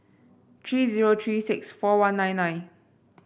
three zero three six four one nine nine